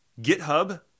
GitHub